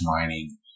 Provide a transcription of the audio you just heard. mining